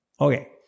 Okay